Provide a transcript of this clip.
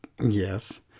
yes